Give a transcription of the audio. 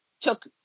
took